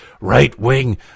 right-wing